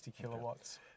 kilowatts